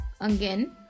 Again